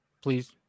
Please